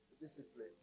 discipline